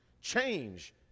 Change